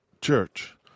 church